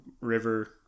river